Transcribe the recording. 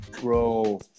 Bro